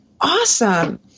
awesome